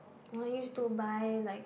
oh I used to buy like